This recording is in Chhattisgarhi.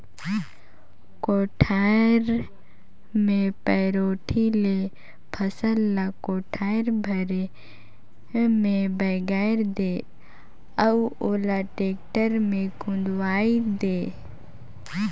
कोठार मे पैरोठी ले फसल ल कोठार भरे मे बगराय दे अउ ओला टेक्टर मे खुंदवाये दे